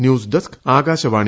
news desk Akashvani